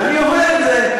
אני אומר את זה,